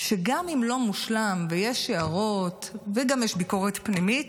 שגם אם לא מושלם, ויש הערות וגם יש ביקורת פנימית,